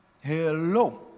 Hello